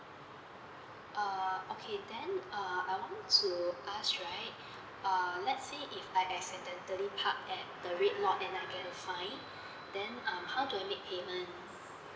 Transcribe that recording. err okay then err I want to ask right uh let's say if I accidentally park at the red lot and I get a fine then um how do I make payment